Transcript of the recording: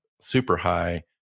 super-high